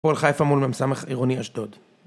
כל חייפה מול מ.ס. עירוני אשדוד